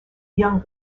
young